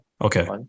Okay